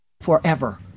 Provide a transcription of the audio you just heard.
forever